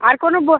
আর কোনো বই